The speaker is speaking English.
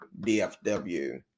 DFW